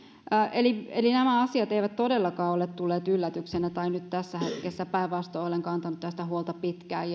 eli eli nämä asiat eivät todellakaan ole tulleet yllätyksenä tai nyt tässä hetkessä päinvastoin olen kantanut tästä huolta pitkään